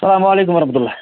السلام علیکُم ورحمتُہ اللہ